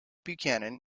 buchanan